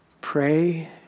Pray